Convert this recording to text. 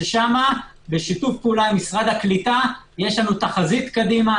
ששם בשיתוף פעולה עם משרד הקליטה יש לנו תחזית קדימה.